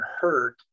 hurt